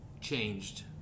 changed